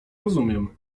rozumiem